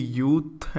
youth